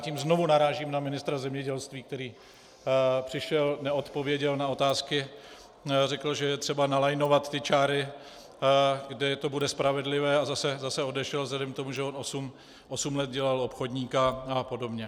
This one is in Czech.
Tím znovu narážím na ministra zemědělství, který přišel, neodpověděl na otázky, řekl, že je třeba nalajnovat ty čáry, kde to bude spravedlivé, a zase odešel, vzhledem k tomu, že on osm let dělal obchodníka apod.